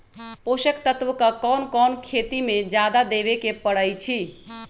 पोषक तत्व क कौन कौन खेती म जादा देवे क परईछी?